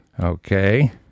Okay